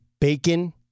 Bacon